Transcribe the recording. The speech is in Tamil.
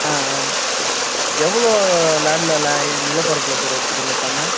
ஆ ஆ எவ்வளோ லேண்டில் ல அ நிலப்பரப்பில் சார் வைச்சுருக்கீங்க பண்ணை